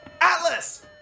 Atlas